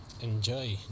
enjoy